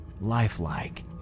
lifelike